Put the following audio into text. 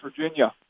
Virginia